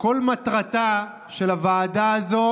כל מטרתה של הוועדה הזו